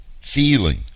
feeling